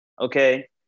okay